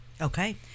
Okay